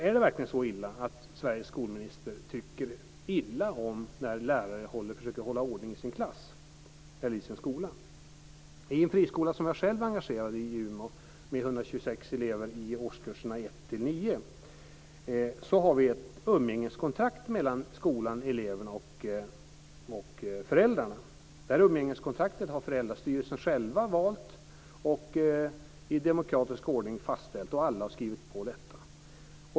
Är det verkligen så illa att Sveriges skolminister tycker illa om när lärare försöker hålla ordning i sin klass eller i sin skola? I den friskola i Umeå som jag själv är engagerad i och där det finns 126 elever i årskurserna 1-9 har vi ett umgängeskontrakt mellan skolan, eleverna och föräldrarna. Det umgängeskontraktet har föräldrastyrelsen själv valt och i demokratisk ordning fastställt. Alla har skrivit på detta.